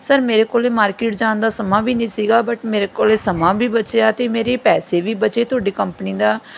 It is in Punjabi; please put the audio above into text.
ਸਰ ਮੇਰੇ ਕੋਲ ਮਾਰਕੀਟ ਜਾਣ ਦਾ ਸਮਾਂ ਵੀ ਨਹੀਂ ਸੀਗਾ ਬਟ ਮੇਰੇ ਕੋਲ ਸਮਾਂ ਵੀ ਬਚਿਆ ਅਤੇ ਮੇਰੇ ਪੈਸੇ ਵੀ ਬਚੇ ਤੁਹਾਡੀ ਕੰਪਨੀ ਦਾ